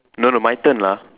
no no my turn lah